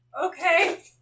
Okay